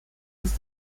fuß